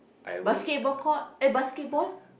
basketball court eh basketball